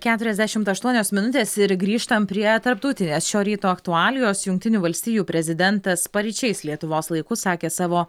keturiasdešimt aštuonios minutės ir grįžtam prie tarptautinės šio ryto aktualijos jungtinių valstijų prezidentas paryčiais lietuvos laiku sakė savo